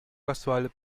casual